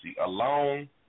Alone